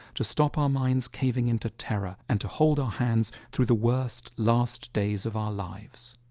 to stop our minds caving in to terror and to hold our hands through the worst last days of our lives.